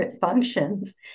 functions